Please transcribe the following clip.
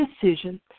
decision